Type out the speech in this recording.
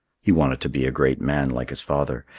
he wanted to be a great man like his father,